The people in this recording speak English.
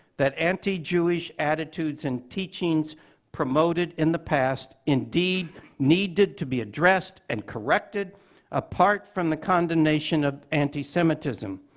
that anti-jewish attitudes and teachings promoted in the past indeed needed to be addressed and corrected apart from the condemnation of anti-semitism,